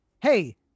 hey